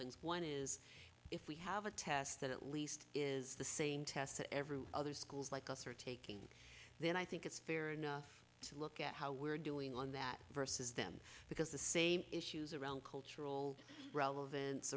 things one is if we have a test that at least is the same test that every other schools like us are take then i think it's fair enough to look at how we're doing on that versus them because the same issues around cultural relevance